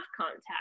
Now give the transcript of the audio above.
contact